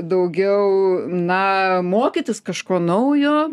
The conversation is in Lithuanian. daugiau na mokytis kažko naujo